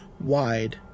wide